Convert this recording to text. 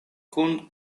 kun